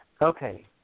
okay